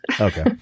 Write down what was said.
Okay